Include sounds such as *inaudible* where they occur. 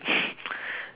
*laughs*